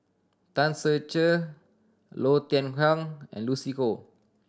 Tan Ser Cher Low Thia Khiang and Lucy Koh